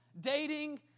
dating